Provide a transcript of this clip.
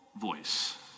voice